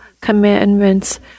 commandments